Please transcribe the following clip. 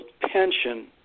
pension